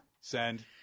Send